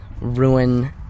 ruin